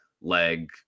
leg